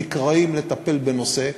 נקראים לטפל בנושא,